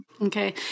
Okay